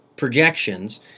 projections